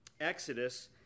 Exodus